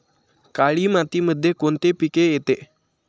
काळी मातीमध्ये कोणते पिके येते?